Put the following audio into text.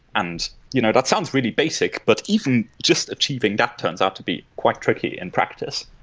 and you know that sounds really basic, but even just achieving that turns out to be quite tricky in practice.